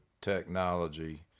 technology